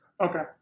Okay